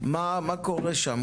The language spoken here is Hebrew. מה קורה שם?